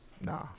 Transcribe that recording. Nah